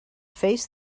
face